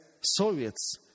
Soviets